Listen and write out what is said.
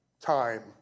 time